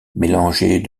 mélangés